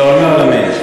לעולמי עולמים.